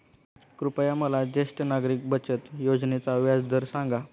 कृपया मला ज्येष्ठ नागरिक बचत योजनेचा व्याजदर सांगा